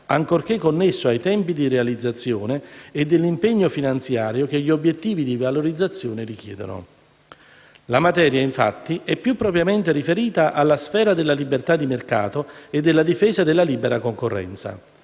ancorché connesso ai tempi di realizzazione e dell'impegno finanziario che gli obiettivi di valorizzazione richiedono. La materia, infatti, è più propriamente riferita alla sfera della libertà di mercato e della difesa della libera concorrenza.